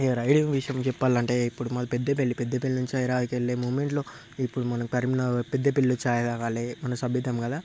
ఇంకా రైడింగ్ విషయం చెప్పాలంటే ఇప్పుడు మాది పెద్దపెళ్లి పెద్దపెళ్లి నుంచి హైదరాబాద్కి వెళ్లే మూమెంట్లో ఇప్పుడు మనం కరీంనగర్ పెద్దపెళ్లిలో చాయ్ తాగాలే మన సభ్యతం గల